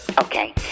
Okay